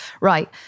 right